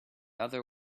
other